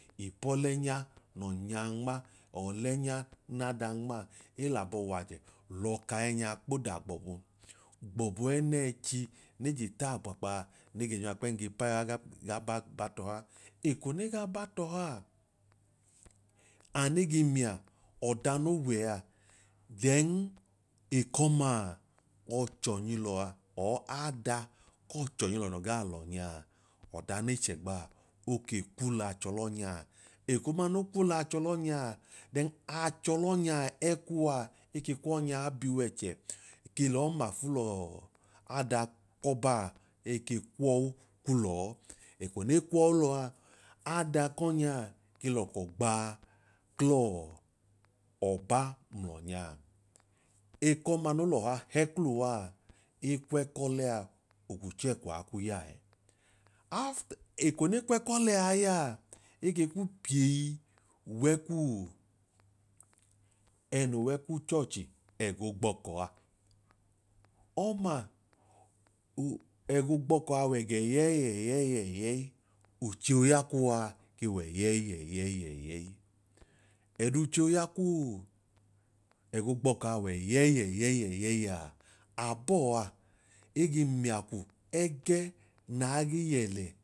Ipọlẹ nya n'ọnyaa nma ọlẹ nya n'adaa nmaa? Elabọ w'ajẹ l'ọka ẹnya kpoda gbọbu gbọbu ẹnẹẹchi ne je ta kpaakpaa nẹ jẹnjuwa kpẹm ge pẹ waa ga ba tọhaa, eko ne ga ba t'ọhaa ane ge mia ọda no wẹa then ekọmaaọchọnyilọ a or ada k'ọchọnyilọ noo ga l'ọnyaa ọda ne chẹgbaa oke kuu l'achọlọnyaa, ekoduuma no kuu l'achọlọnyaa then achọlọnyaa ẹkuwa eke kwọnyaa bi w'ẹchẹ ke lọọ mafu lọọ ada k'ọbaa eke kwọwu kwu lọọ, eko ne kwọọ lọọ a ke l'ọkọ gba klọọ ọba ml'ọnyaa, ekọma no lọha hẹ kuluwaa, ekwẹ k'ọlẹ a ogwuchẹkwọa ku ya ẹẹ. Aft eko ne kwẹkọlẹ a i yaa eke ku pie yi wẹẹ kuu ẹnoo w'ẹkuchurchi ẹgoo gbọọka aa. Ọma, oẹgoo gbọkọọ a yẹiẹyẹiẹyẹi uche oya kuwa ke wẹyẹiyẹiyẹi. Ẹduchẹ o ya kuu ẹgoo gbọọkọ a wẹyẹiyẹiyẹiyẹi a abọa ege mia ku ẹgẹ naa ge yẹ lẹ